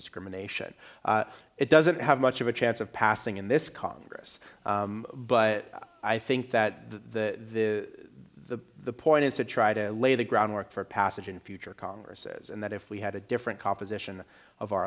discrimination it doesn't have much of a chance of passing in this congress but i think that the the point is to try to lay the groundwork for passage in future congresses and that if we had a different composition of our